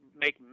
make